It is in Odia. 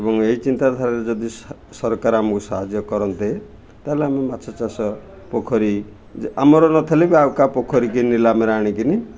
ଏବଂ ଏହି ଚିନ୍ତାଧାରାରେ ଯଦି ସରକାର ଆମକୁ ସାହାଯ୍ୟ କରନ୍ତେ ତାହେଲେ ଆମେ ମାଛ ଚାଷ ପୋଖରୀ ଆମର ନଥିଲେ ବା ଆଉ କାହା ପୋଖରୀ କି ନିଲାମରେ ଆଣିକିନି